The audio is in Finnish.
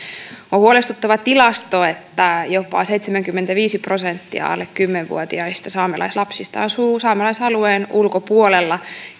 huolestuttava tilasto että jopa seitsemänkymmentäviisi prosenttia alle kymmenvuotiaista saamelaislapsista asuu saamelaisalueen ulkopuolella